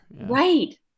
Right